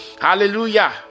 Hallelujah